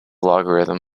logarithm